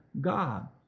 God